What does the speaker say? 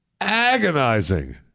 agonizing